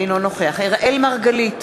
אינו נוכח אראל מרגלית,